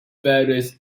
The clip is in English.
various